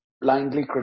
blindly